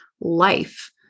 life